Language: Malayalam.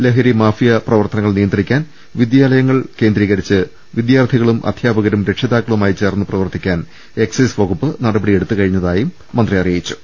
ലഹരി മാഫിയ പ്രവർത്തനങ്ങൾ നിയന്ത്രിക്കാൻ വിദ്യാലയങ്ങൾ കേന്ദ്രീ കരിച്ച് വിദ്യാർത്ഥികളും അധ്യാപകരും രക്ഷിതാക്കളു മായി ചേർന്ന് പ്രവർത്തിക്കാൻ എക്സൈസ് വകുപ്പ് നട പടിയെടുത്തു കഴിഞ്ഞതായും മന്ത്രി അറിയിച്ചു